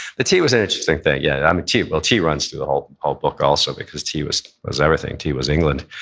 the tea was an interesting thing, yeah, um well, tea runs through the whole whole book also because tea was was everything, tea was england.